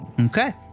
okay